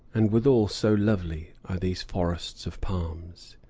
and withal so lovely, are these forests of palms.